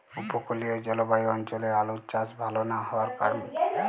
উপকূলীয় জলবায়ু অঞ্চলে আলুর চাষ ভাল না হওয়ার কারণ?